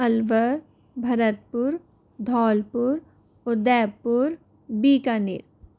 Alwar Bharatpur Dholpur Udaipur Bikaner